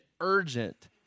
urgent